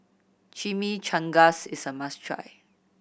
chimichangas is a must try